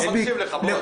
הוא לא מקשיב לך, בועז.